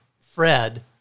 Fred